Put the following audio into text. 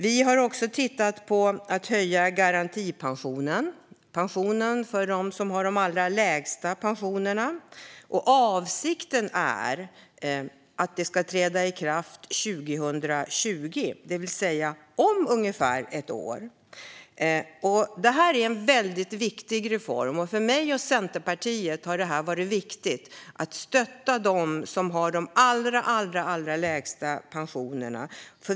Vi har tittat på att höja garantipensionen, det vill säga pensionen för dem som har de allra lägsta pensionerna. Avsikten är att detta ska träda i kraft 2020, det vill säga om ungefär ett år. Det är en viktig reform. För mig och Centerpartiet har det varit viktigt att stötta dem som har de allra lägsta pensionerna.